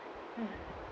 mm